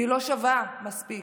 שהיא לא שווה מספיק,